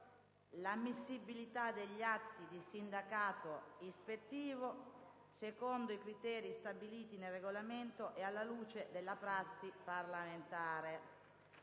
l'ammissibilità degli atti di sindacato ispettivo secondo i criteri stabiliti nel Regolamento e alla luce della prassi parlamentare.